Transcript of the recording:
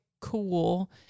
cool